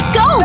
go